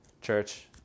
Church